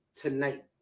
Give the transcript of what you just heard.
Tonight